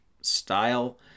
style